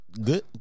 Good